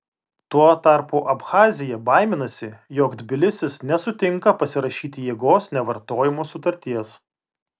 tuo tarpu abchazija baiminasi jog tbilisis nesutinka pasirašyti jėgos nevartojimo sutarties